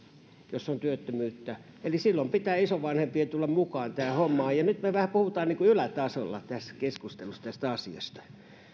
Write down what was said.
jos on työttömyyttä eli silloin pitää isovanhempien tulla mukaan tähän hommaan nyt me puhumme vähän niin kuin ylätasolla tässä keskustelussa tästä asiasta